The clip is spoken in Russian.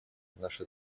наша